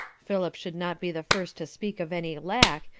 philip should not be the first to speak of any lack,